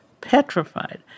Petrified